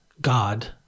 God